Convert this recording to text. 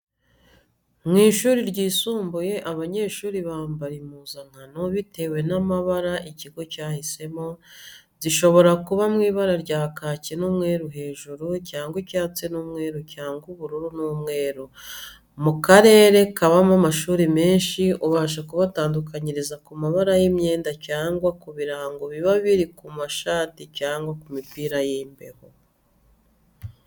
Mu ishuri ryisumbuye abanyeshuri bambara impuzankano bitewe n'amabara ikigo cyahisemo, zishobora kuba mu ibara rya kaki n'umweru hejuru cyangwa icyatsi n'umweru cyangwa ubururu n'umweru. Mu karere kabamo amashuri menshi ubasha kubatandukaniriza ku mabara y'imyenda cyangwa ku birango biba biri ku mashati cyangwa ku mipira y'imbeho.